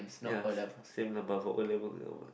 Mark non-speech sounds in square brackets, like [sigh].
ya same lah but for O-level [noise]